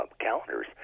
calendars